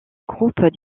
groupe